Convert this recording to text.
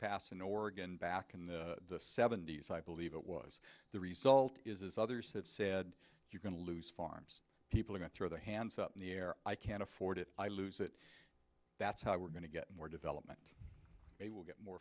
past in oregon back in the seventy's i believe it was the result is as others have said you're going to lose farms people are going to throw their hands up in the air i can't afford it i lose it that's how we're going to get more development they will get more